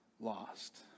lost